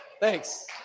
Thanks